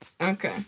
okay